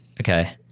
Okay